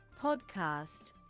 Podcast